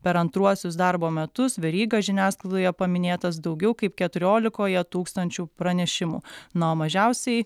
per antruosius darbo metus veryga žiniasklaidoje paminėtas daugiau kaip keturiolikoje tūkstančių pranešimų na o mažiausiai